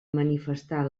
manifestar